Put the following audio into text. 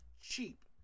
cheap